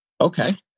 Okay